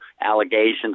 allegations